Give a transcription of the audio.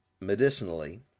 medicinally